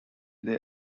they